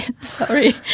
sorry